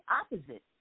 opposite